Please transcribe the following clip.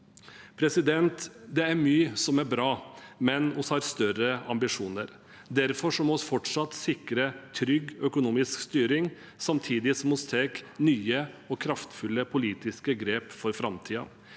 fellesskapet. Det er mye som er bra, men vi har større ambisjoner. Derfor må vi fortsatt sikre trygg økonomisk styring, samtidig som vi tar nye og kraftfulle politiske grep for framtiden.